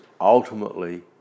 ultimately